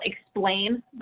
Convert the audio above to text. explain